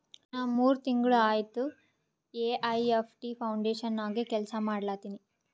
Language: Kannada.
ನಾ ಮೂರ್ ತಿಂಗುಳ ಆಯ್ತ ಎ.ಐ.ಎಫ್.ಟಿ ಫೌಂಡೇಶನ್ ನಾಗೆ ಕೆಲ್ಸಾ ಮಾಡ್ಲತಿನಿ